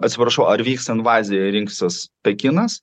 atsiprašau ar vyks invazija ir rinksis pekinas